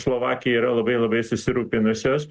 slovakija yra labai labai susirūpinusios